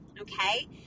okay